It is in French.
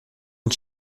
une